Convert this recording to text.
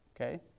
Okay